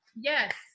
Yes